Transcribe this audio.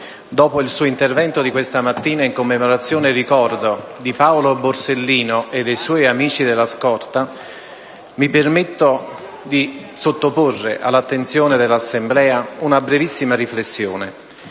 dopo il suo intervento di questa mattina in commemorazione e ricordo di Paolo Borsellino e dei suoi amici della scorta, mi permetto di sottoporre all'attenzione dell'Assemblea una brevissima riflessione.